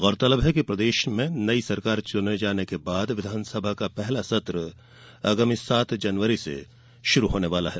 गौरतलब है कि प्रदेश में नई सरकार चुने जाने के बाद विधानसभा का पहला सत्र सात जनवरी से शुरू होने वाला है